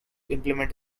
implement